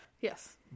Yes